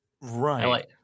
right